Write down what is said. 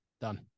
Done